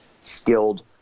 skilled